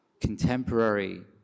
contemporary